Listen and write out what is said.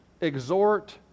exhort